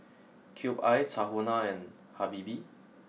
Cube I Tahuna and Habibie